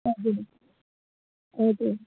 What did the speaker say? हजुर हजुर